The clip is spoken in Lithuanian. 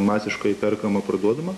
masiškai perkama parduodama